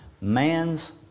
man's